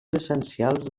essencials